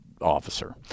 officer